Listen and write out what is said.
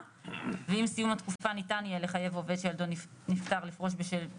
ועם סיום התקופה ניתן יהיה לחייב עובד שילדו נפטר לפרוש בשל גילו,